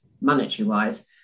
monetary-wise